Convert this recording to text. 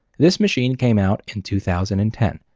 this machine came out in two thousand and ten.